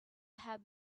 have